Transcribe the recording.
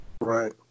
right